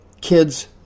kids